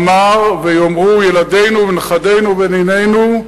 אמר, ויאמרו ילדינו ונכדינו ונינינו: